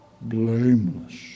blameless